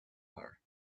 her